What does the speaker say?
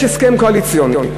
יש הסכם קואליציוני,